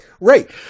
right